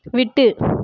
விட்டு